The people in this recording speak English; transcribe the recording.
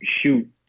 shoot